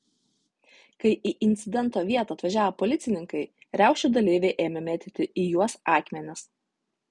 kai į incidento vietą atvažiavo policininkai riaušių dalyviai ėmė mėtyti į juos akmenis